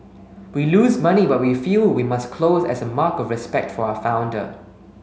we lose money but we feel we must close as a mark of respect for our founder